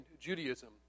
Judaism